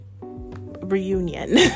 reunion